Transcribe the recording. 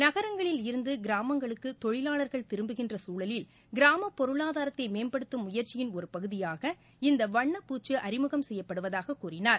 நகரங்களில் இருந்து கிராமங்களுக்கு தொழிலாளர்கள் திரும்புகின்ற சூழலில் கிராமப் பொருளாதாரத்தை மேம்படுத்தும் முயற்சியின் ஒரு பகுதியாக இந்த வண்ணப் பூச்சு அறிமுகம் செய்யப்படுவதாகக் கூறினார்